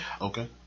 Okay